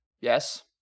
Yes